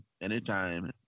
anytime